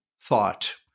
thought